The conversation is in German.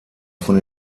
von